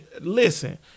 listen